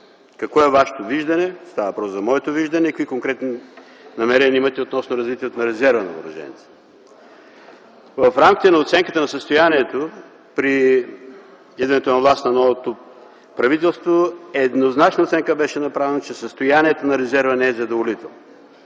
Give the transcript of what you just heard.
какво е Вашето виждане, става въпрос за моето виждане, какви конкретни намерения имате относно развитието на резерва на Въоръжените сили? В рамките на оценката на състоянието при идването на власт на новото правителство еднозначна оценка беше направена, че състоянието на резерва не е задоволително.